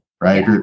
right